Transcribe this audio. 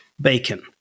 bacon